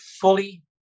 fully